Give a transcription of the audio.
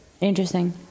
Interesting